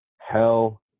Hell